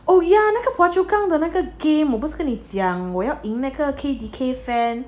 oh yeah 那个 phuachukang 的那个 game 我不是跟你讲我要赢那个 K_D_K fan